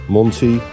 Monty